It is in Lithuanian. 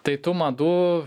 tai tų madų